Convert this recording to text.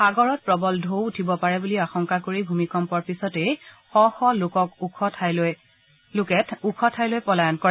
সাগৰত প্ৰবল টৌ উঠিব পাৰে বুলি আশংকা কৰি ভূমিকম্পৰ পিছতেই শ শ লোক ওখ ঠাইলৈ পলায়ন কৰে